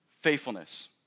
faithfulness